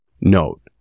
Note